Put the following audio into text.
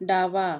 डावा